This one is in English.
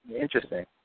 interesting